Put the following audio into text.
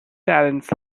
talents